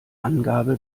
angabe